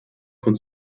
von